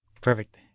Perfect